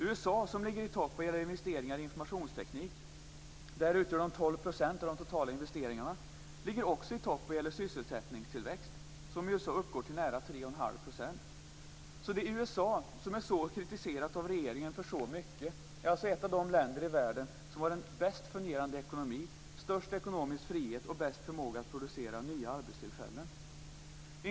USA ligger i topp vad gäller investeringar i informationsteknik - 12 % av de totala investeringarna - och ligger också i topp i sysselsättningstillväxt, som uppgår till nära 3 1⁄2 %. USA som är så kritiserat av regeringen för så mycket är det land i världen som har bäst fungerande ekonomi, störst ekonomisk frihet och bäst förmåga att producera nya arbetstillfällen.